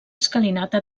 escalinata